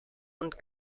und